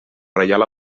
reial